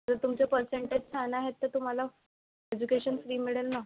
जर तुमचं पर्सेंटेज छान आहे तर तुम्हाला एज्युकेशन फ्री मिळेल ना